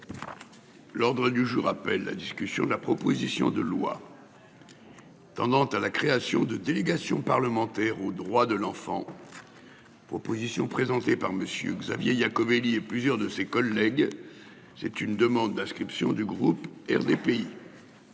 L'ordre du jour appelle la discussion de la proposition de loi. Tendant à la création de délégation parlementaire aux droits de l'enfant. Proposition présentée par monsieur Xavier il a comédie et plusieurs de ses collègues. C'est une demande d'inscription du groupe RDPI.